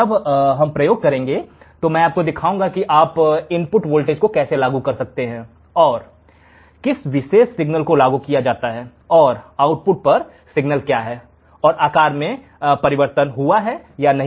जब हम प्रयोग करेंगे तो मैं आपको दिखाऊंगा कि आप इनपुट वोल्टेज को कैसे लागू कर रहे हैं और किस विशेष सिग्नल को लागू किया जाता है और आउटपुट पर सिग्नल क्या है और आकार मैं परिवर्तन हुआ है या नहीं